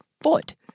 foot